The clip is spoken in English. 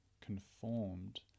conformed